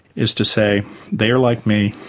is to say they are like me,